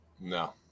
No